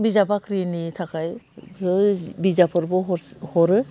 बिजाब बाख्रिनि थाखाइ होह बिजाबफोरबो हरो